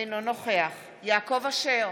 אינו נוכח יעקב אשר,